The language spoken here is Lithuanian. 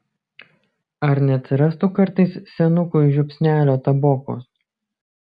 ar neatsirastų kartais senukui žiupsnelio tabokos